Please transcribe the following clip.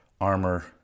armor